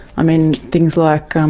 i mean, things like um